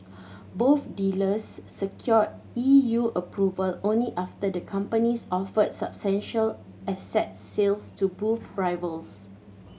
both deals secured E U approval only after the companies offered substantial asset sales to boost rivals